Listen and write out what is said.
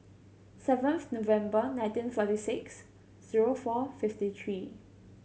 seventh November nineteen forty six zero four fifty three